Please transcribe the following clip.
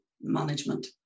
management